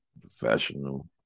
professional